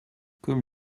comme